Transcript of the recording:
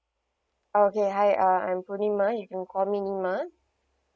oh okay hi uh I'm buneema you can call me neema